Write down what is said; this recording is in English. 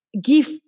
give